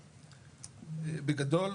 בגדול,